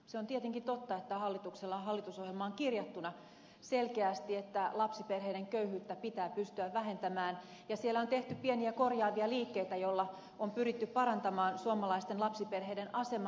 se on tietenkin totta että hallituksella on hallitusohjelmaan kirjattuna selkeästi että lapsiperheiden köyhyyttä pitää pystyä vähentämään ja siellä on tehty pieniä korjaavia liikkeitä joilla on pyritty parantamaan suomalaisten lapsiperheiden asemaa